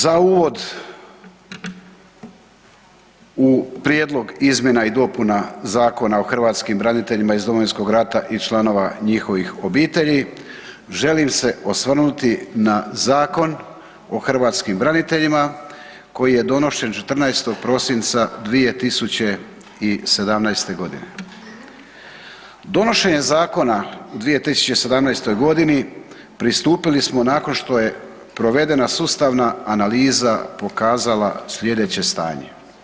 Za uvod u prijedlog izmjena i dopuna Zakona o hrvatskim braniteljima iz Domovinskog rata i članova njihovih obitelji želim se osvrnuti na Zakon o hrvatskim braniteljima koji je donošen 14. prosinca 2017.g. Donošenje zakona u 2017.g. pristupili smo nakon što je provedena sustavna analiza pokazala slijedeće stanje.